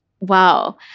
Wow